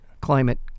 climate